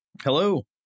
Hello